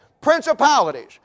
Principalities